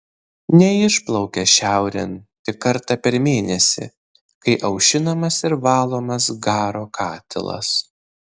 neišplaukia šiaurėn tik kartą per mėnesį kai aušinamas ir valomas garo katilas